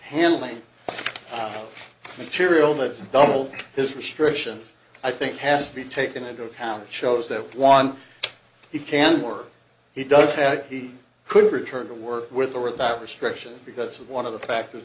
handling material that doubled his restriction i think has to be taken into account shows that one he can work he does have he could return to work with or without restriction because of one of the factors